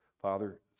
Father